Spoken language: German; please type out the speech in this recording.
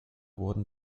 wurden